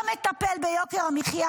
לא מטפל ביוקר המחיה,